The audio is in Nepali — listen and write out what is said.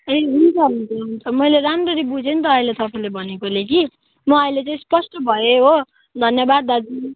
ए हुन्छ हुन्छ मैले राम्ररी बुझेँ नि त अहिले तपाईँले भनेकोले कि म अहिले चाहिँ स्पष्ट भएँ हो धन्यवाद दाजु